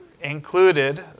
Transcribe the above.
included